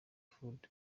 food